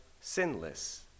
sinless